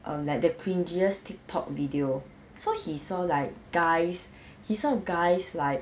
um like the cringest tiktok video so he saw like guys he saw guys like